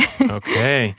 Okay